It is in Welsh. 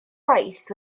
waith